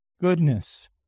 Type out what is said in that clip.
goodness